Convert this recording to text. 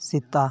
ᱥᱮᱛᱟ